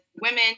women